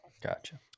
Gotcha